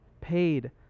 paid